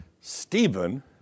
Stephen